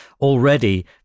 already